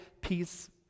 peace